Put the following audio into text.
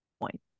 point